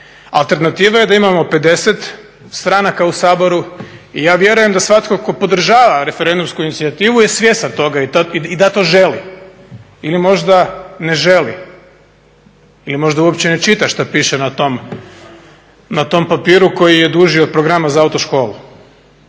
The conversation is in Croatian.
Alternativa je da imamo 50 stranaka u Saboru i ja vjerujem da svatko tko podržava referendumsku inicijativu je svjestan toga i da to želi ili možda ne želi ili možda uopće ne čita što piše na tom papiru koji je duži od programa za auto školu.